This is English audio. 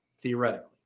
Theoretically